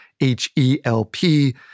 H-E-L-P